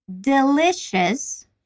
delicious